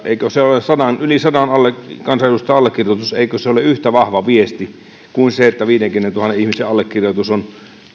eikö yli sadan kansanedustajan allekirjoitus ole yhtä vahva viesti kuin se että viidenkymmenentuhannen ihmisen allekirjoitus on